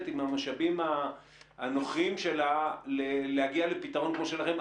עם המשאבים הנוכחיים שלה להגיע לפתרון כמו שלכם.